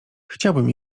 chciałbym